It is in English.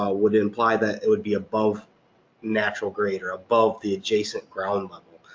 ah would imply that it would be above natural grade, or above the adjacent ground level.